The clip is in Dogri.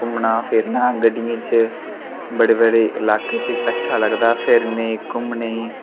घूमना फिरना गड्डियें च बड़े बड़े लाके च अच्छा लगदा फिरने ई घूमने गी